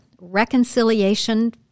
Reconciliation